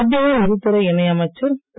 மத்திய நிதித்துறை இணை அமைச்சர் திரு